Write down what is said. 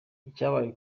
icyabaye